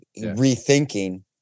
rethinking